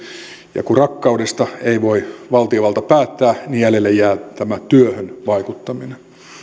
ja kun rakkaudesta ei voi valtiovalta päättää niin jäljelle jää tämä työhön vaikuttaminen